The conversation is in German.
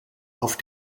auf